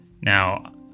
Now